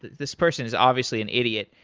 this person is obviously an idiot,